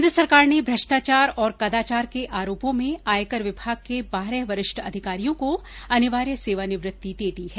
केन्द्र सरकार ने भ्रष्टाचार और कदाचार के आरोपों में आयकर विभाग के बारह वरिष्ठ अधिकारियों को अनिवार्य सेवा निवृत्ति दे दी है